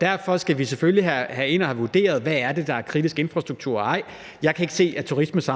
Derfor skal vi selvfølgelig ind og have vurderet, hvad det er, der er kritisk infrastruktur eller ej. Jeg kan ikke se, at turismesamarbejdet